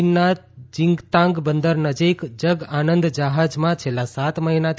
ચીનના જિંગતાંગ બંદર નજીક જગઆનંદ જ્યાજમાં છેલ્લાં સાત મહિનાથી